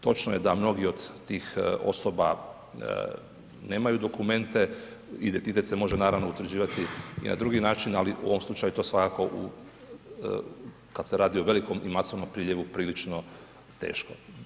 Točno je da mnogi od tih osoba nemaju dokumente, identitet se može naravno utvrđivati i na drugi način, ali u ovom slučaju, to svakako kad se radi o velikom i masovnom priljevu prilično teško.